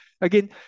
Again